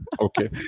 Okay